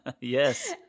Yes